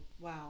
Wow